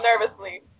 nervously